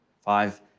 five